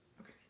Okay